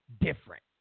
different